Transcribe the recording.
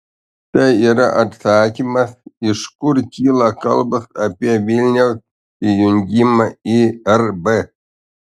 tai yra atsakymas iš kur kyla kalbos apie vilniaus įjungimą į rb